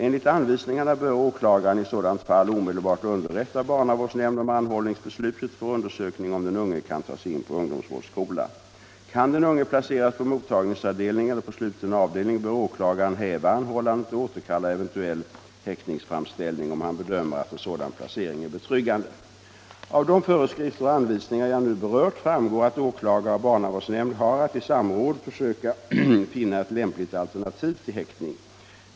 Enligt anvisningarna bör åklagaren i sådant fall omedelbart underrätta barnavårdsnämnd om anhållningsbeslutet för undersökning om den unge kan tas in på ungdomsvårdsskola. Kan den unge placeras på mottagningsavdelning eller på sluten avdelning, bör åklagaren häva anhållandet och återkalla eventuell häktningsframställning, om han bedömer att en sådan placering är betryggande. Av de föreskrifter och anvisningar jag nu har berört framgår att åklagare och barnavårdsnämnd har att i samråd försöka finna ett lämpligt alternativ till häktning.